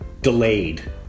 Delayed